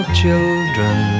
children